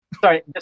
sorry